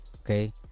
okay